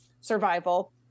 survival